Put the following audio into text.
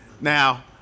Now